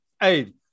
Hey